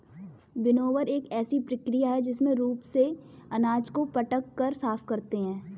winnower एक ऐसी प्रक्रिया है जिसमें रूप से अनाज को पटक कर साफ करते हैं